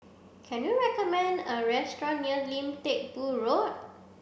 can you recommend a restaurant near Lim Teck Boo Road